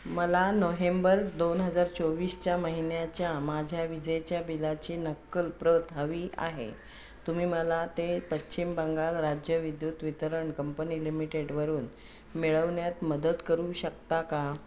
मला नोहेंबर दोन हजार चोवीसच्या महिन्याच्या माझ्या विजेच्या बिलाची नक्कल प्रत हवी आहे तुम्ही मला ते पश्चिम बंगाल राज्य विद्युत वितरण कंपनी लिमिटेडवरून मिळवण्यात मदत करू शकता का